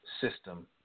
system